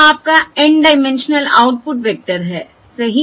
यह आपका N dimensional output vector है सही